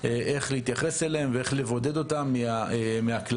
איך להתייחס אליהם ואיך לבודד אותם מהכלל.